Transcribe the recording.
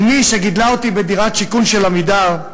אמי, שגידלה אותי בדירת שיכון של "עמידר"